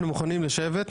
אנחנו מוכנים לשבת,